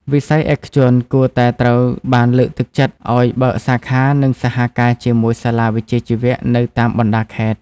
វិស័យឯកជនគួរតែត្រូវបានលើកទឹកចិត្តឱ្យបើកសាខានិងសហការជាមួយសាលាវិជ្ជាជីវៈនៅតាមបណ្ដាខេត្ត។